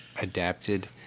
Adapted